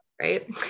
Right